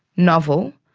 novel,